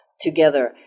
together